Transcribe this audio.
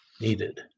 needed